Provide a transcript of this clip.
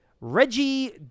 Reggie